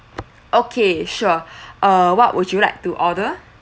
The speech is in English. okay sure uh what would you like to order